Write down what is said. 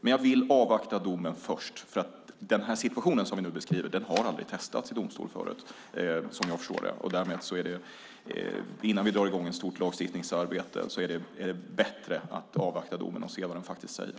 Men jag vill först avvakta domen, för den situation som vi nu beskriver har aldrig testats i domstol förut, som jag förstår det. Därmed är det bättre att vi, innan vi drar i gång ett stort lagstiftningsarbete, avvaktar domen och ser vad den faktiskt säger.